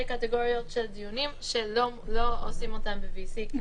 קטגוריות של דיונים שלא עושים אותם ב VC,